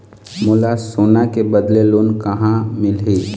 मोला सोना के बदले लोन कहां मिलही?